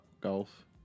golf